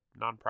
nonprofit